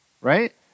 right